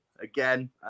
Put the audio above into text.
again